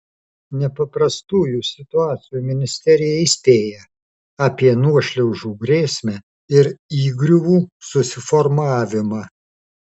nepaprastųjų situacijų ministerija įspėja apie nuošliaužų grėsmę ir įgriuvų susiformavimą